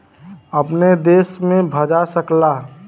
अपने देश में भजा सकला